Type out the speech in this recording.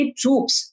troops